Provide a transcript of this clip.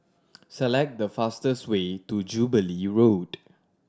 select the fastest way to Jubilee Road